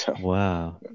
Wow